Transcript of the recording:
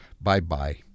Bye-bye